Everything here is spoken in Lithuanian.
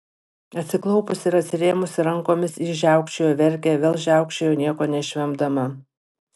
atsiklaupusi ir atsirėmusi rankomis ji žiaukčiojo verkė vėl žiaukčiojo nieko neišvemdama